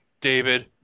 David